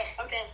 okay